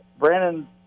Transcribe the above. Brandon